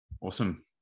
Awesome